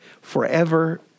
forever